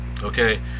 okay